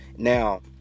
Now